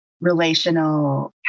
relational